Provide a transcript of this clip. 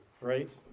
Right